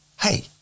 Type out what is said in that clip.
Hey